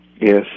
Yes